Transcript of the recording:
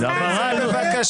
בבקשה.